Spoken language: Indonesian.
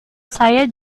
saya